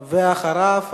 ואחריו,